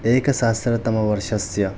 एकसहस्रतमवर्षस्य